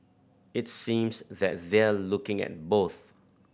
it seems that they're looking at both